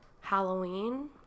Halloween